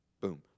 boom